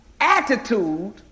attitude